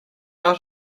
outed